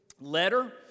letter